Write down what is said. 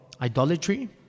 idolatry